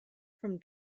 from